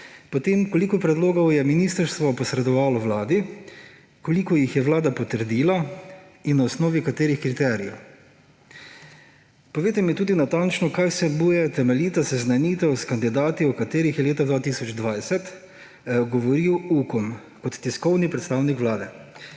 tožilce. Koliko predlogov je ministrstvo posredovalo Vladi? Koliko jih je Vlada potrdila in na osnovi katerih kriterijev? Povejte mi tudi natančno: Kaj vsebuje temeljita seznanitev s kandidati, o katerih je leta 2020 govoril Ukom kot tiskovni predstavnik Vlade?